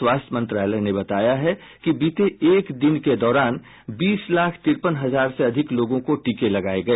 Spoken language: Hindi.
स्वास्थ्य मंत्रालय ने बताया है कि बीते एक दिन के दौरान बीस लाख तिरपन हजार से अधिक लोगों को टीके लगाए गए